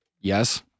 Yes